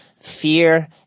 fear